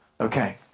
Okay